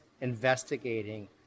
investigating